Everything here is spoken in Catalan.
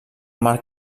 mar